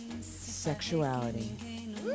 sexuality